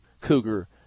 cougar